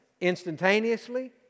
instantaneously